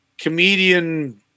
comedian